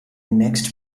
next